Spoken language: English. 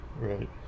Right